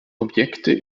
objekte